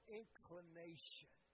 inclination